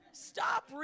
Stop